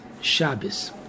Shabbos